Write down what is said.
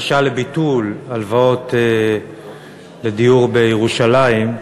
בקשה לביטול הלוואות לדיור בירושלים,